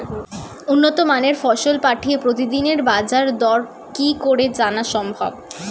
উন্নত মানের ফসল পাঠিয়ে প্রতিদিনের বাজার দর কি করে জানা সম্ভব?